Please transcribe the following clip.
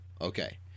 Okay